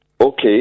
Okay